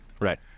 Right